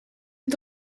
het